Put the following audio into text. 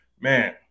man